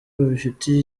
babifitiye